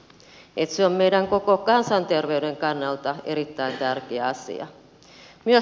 se on meidän koko kansanterveyden kannalta erittäin tärkeä asia